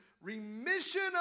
remission